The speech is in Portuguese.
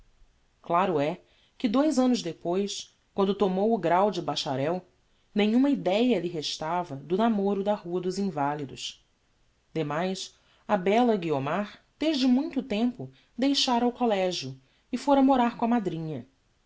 claro é que dous annos depois quando tomou o grão de bacharel nenhuma ideia lhe restava do namoro da rua dos invalidos demais a bella guiomar desde muito tempo deixara o collegio e fora morar com a madrinha